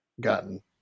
gotten